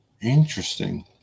interesting